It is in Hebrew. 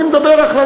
אני מדבר על,